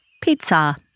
pizza